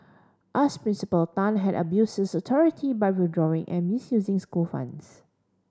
as principal Tan had abused his authority by withdrawing and misusing school funds